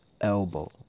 elbow